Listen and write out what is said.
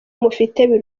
mufitanye